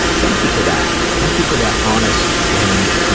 thank you for that. thank you for that honest and,